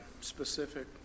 specific